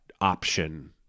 option